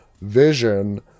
vision